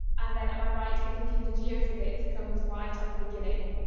and then am i right in thinking the geophysics comes right at the beginning?